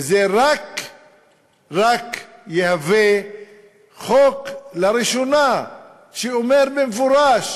וזה רק יהווה חוק שלראשונה אומר במפורש